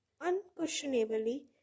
unquestionably